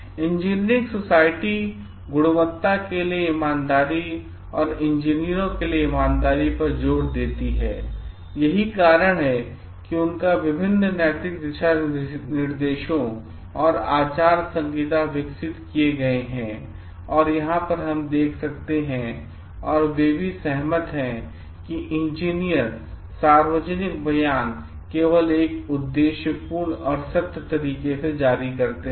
engineering society गुणवत्ता के लिए ईमानदारी और इंजीनियरों के लिए ईमानदारी पर जोर देती है यही कारण है कि उनका द्वारा विभिन्न नैतिक दिशा निर्देशों और आचार संहिता विकसित किये गए हैं और यहाँ हम देख सकते हैं और वे सभी सहमत हैं कि इंजीनियर सार्वजनिक बयान केवल एकउद्देश्यपूर्ण और सत्य तरीके से जारी करते हैं